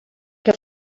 que